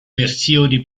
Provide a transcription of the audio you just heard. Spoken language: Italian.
versione